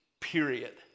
period